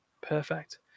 perfect